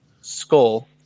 Skull